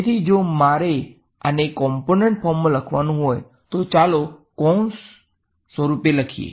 તેથી જો મારે આને કમ્પોનન્ટ ફોર્મમાં લખવું હોય તો ચાલો કૌંસ સ્વરૂપે લખીએ